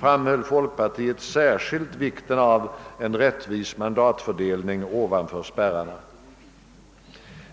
framhöll folkpartiet särskilt vikten av en rättvis mandatfördelning ovanför spärrarna.